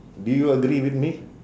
do you agree with me